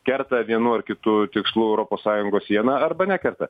kerta vienu ar kitu tikslu europos sąjungos sieną arba nekerta